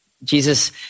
Jesus